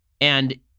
And-